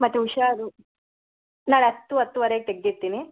ಮತ್ತೆ ಹುಷಾರು ನಾಳೆ ಹತ್ತು ಹತ್ತುವರೆ ತೇಗೆದಿರ್ತಿನಿ